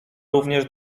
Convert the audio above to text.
również